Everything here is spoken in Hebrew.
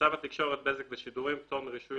בצו התקשורת (בזק ושידורים) (פטור מרישוי